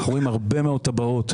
אנחנו רואים הרבה מאוד טבעות,